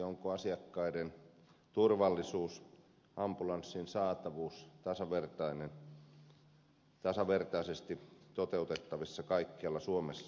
onko asiakkaiden turvallisuus ambulanssin saatavuus tasavertaisesti toteutettavissa kaikkialla suomessa